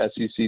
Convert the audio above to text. SEC